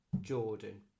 Jordan